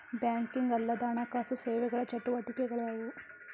Banking ಅಲ್ಲದ ಹಣಕಾಸು ಸೇವೆಗಳ ಚಟುವಟಿಕೆಗಳು ಯಾವುವು?